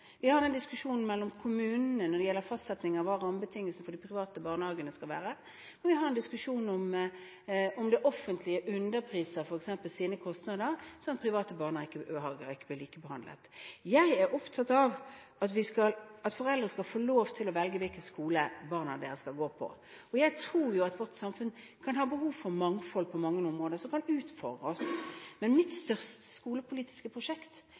har en diskusjon mellom kommunene når det gjelder fastsetting av rammebetingelser for de private barnehagene, og vi har en diskusjon om det offentlige f.eks. underpriser sine kostnader, sånn at private barnehager ikke blir likebehandlet. Jeg er opptatt av at foreldre skal få lov til å velge hvilken skole barna deres skal gå på, og jeg tror et godt samfunn kan ha behov for mangfold på mange områder som kan utfordre oss. Men mitt største skolepolitiske prosjekt